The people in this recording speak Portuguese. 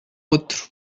outro